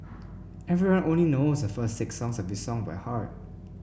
everyone only knows a first six sounds of this song by heart